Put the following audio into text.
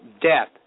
death